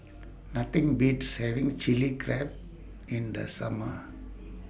Nothing Beats having Chili Crab in The Summer